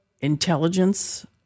intelligence